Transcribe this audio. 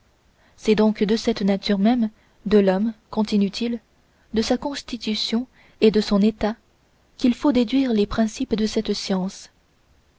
c'est donc de cette nature même de l'homme continue t il de sa constitution et de son état qu'il faut déduire les principes de cette science